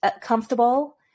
comfortable